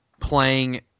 playing